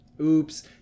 Oops